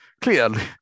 clearly